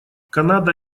канада